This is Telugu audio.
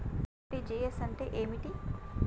ఆర్.టి.జి.ఎస్ అంటే ఏమిటి?